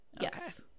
yes